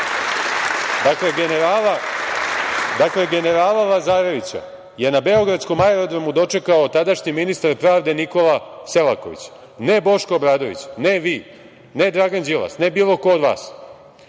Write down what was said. Dakle, generala Lazarevića je na beogradskom aerodromu dočekao tadašnji ministar pravde, Nikola Selaković, ne Boško Obradović, ne vi, ne Dragan Đilas, ne bilo ko od vas.